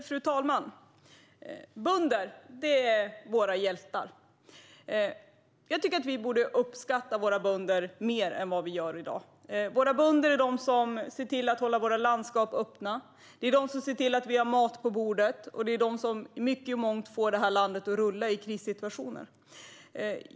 Fru talman! Bönder är våra hjältar. Jag tycker att vi borde uppskatta våra bönder mer än vad vi gör i dag. Det är bönderna som ser till att hålla våra landskap öppna. Det är de som ser till att vi har mat på bordet, och det är de som i mångt och mycket får det här landet att rulla i krissituationer.